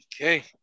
Okay